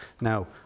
Now